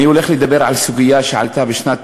אני הולך לדבר על סוגיה שעלתה בשנת